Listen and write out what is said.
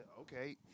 okay